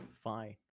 fine